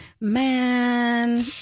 man